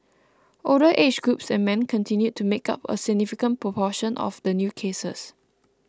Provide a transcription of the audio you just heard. older age groups and men continued to make up a significant proportion of the new cases